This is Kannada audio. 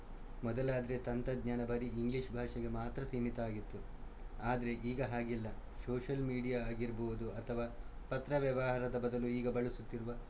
ಮೊದಲಾದರೆ ತಂತಜ್ಞಾನ ಬರೀ ಇಂಗ್ಲೀಷ್ ಭಾಷೆಗೆ ಮಾತ್ರ ಸೀಮಿತ ಆಗಿತ್ತು ಆದರೆ ಈಗ ಹಾಗಿಲ್ಲ ಸೋಶಲ್ ಮೀಡಿಯಾ ಆಗಿರ್ಬೌದು ಅಥವಾ ಪತ್ರ ವ್ಯವಹಾರದ ಬದಲು ಈಗ ಬಳಸುತ್ತಿರುವ